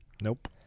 Nope